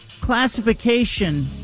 classification